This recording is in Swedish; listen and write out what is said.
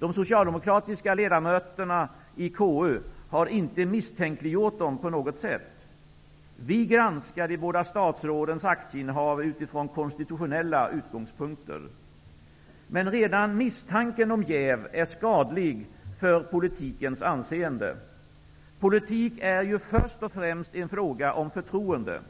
Vi socialdemokratiska ledamöter i KU har inte misstänkliggjort dem på något sätt. Vi granskar de båda statsrådens aktieinnehav utifrån konstitutionella utgångspunkter. Men redan misstanken om jäv är skadlig för politikens anseende. Politik är ju först och främst en fråga om förtroende.